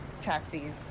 taxis